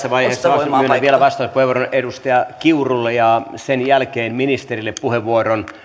vaiheessa myönnän vielä vastauspuheenvuoron edustaja kiurulle ja sen jälkeen ministerille puheenvuoron